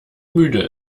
müde